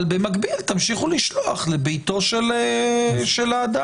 אבל במקביל תמשיכו לשלוח לביתו של האדם,